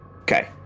Okay